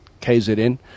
KZN